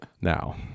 now